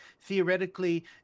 theoretically